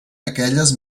aquelles